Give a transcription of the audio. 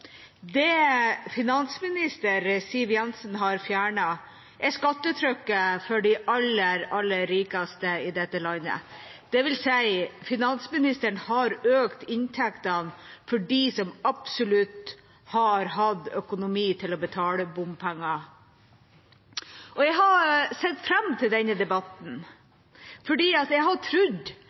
Det finansminister Siv Jensen har fjernet, er skattetrykket for de aller, aller rikeste i dette landet, dvs. at finansministeren har økt inntektene for dem som absolutt har hatt økonomi til å betale bompenger. Jeg har sett fram til denne debatten fordi jeg